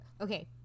Okay